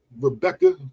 Rebecca